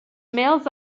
males